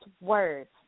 words